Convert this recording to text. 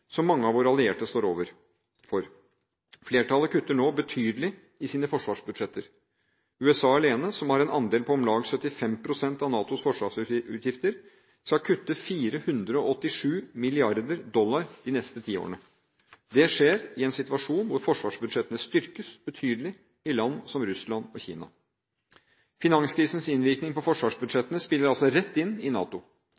som mange av våre allierte står overfor. Flertallet kutter nå betydelig i sine forsvarsbudsjetter. USA alene, som har en andel på om lag 75 pst. av NATOs forsvarsutgifter, skal kutte 487 mrd. dollar de neste ti årene. Det skjer i en situasjon hvor forsvarsbudsjettene styrkes betydelig i land som Russland og Kina. Finanskrisens innvirkning på